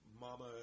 Mama